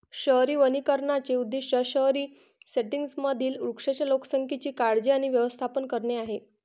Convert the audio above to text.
शहरी वनीकरणाचे उद्दीष्ट शहरी सेटिंग्जमधील वृक्षांच्या लोकसंख्येची काळजी आणि व्यवस्थापन करणे आहे